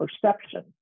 perception